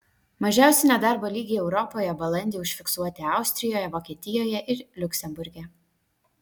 mažiausi nedarbo lygiai europoje balandį užfiksuoti austrijoje vokietijoje ir liuksemburge